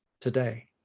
today